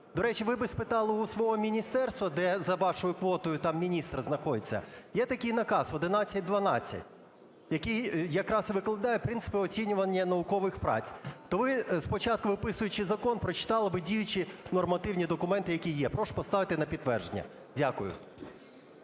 До речі, ви би спитали у свого міністерства, де за вашою квотою там міністр знаходиться, є такий наказ 1112, який якраз і викладає принципи оцінювання наукових праць. То ви спочатку, виписуючи закон, прочитали би діючі нормативні документи, які є. Прошу поставити на підтвердження. Дякую.